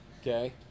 okay